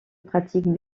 pratique